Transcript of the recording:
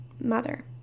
Mother